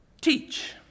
teach